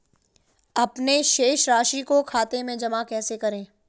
अपने शेष राशि को खाते में जमा कैसे करें?